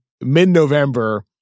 mid-November